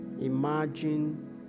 Imagine